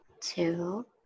two